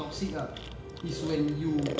toxic ah is when you